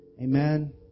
Amen